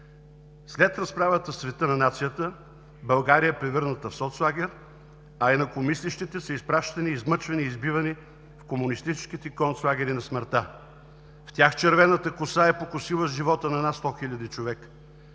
След разправата с „цвета на нацията“ България е превърната в соцлагер, а инакомислещите са изпращани, измъчвани и избивани в комунистическите концлагери на смъртта. В тях „червената коса“ е покосила живота на над 100 хиляди човека.